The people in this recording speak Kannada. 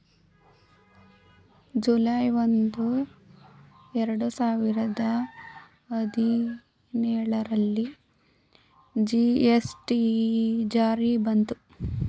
ಜುಲೈ ಒಂದು, ಎರಡು ಸಾವಿರದ ಹದಿನೇಳರಲ್ಲಿ ಜಿ.ಎಸ್.ಟಿ ಜಾರಿ ಬಂತು